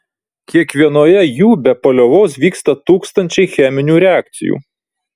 kiekvienoje jų be paliovos vyksta tūkstančiai cheminių reakcijų